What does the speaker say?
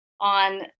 on